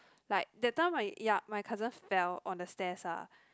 like that time I ya my cousin fell on the stairs ah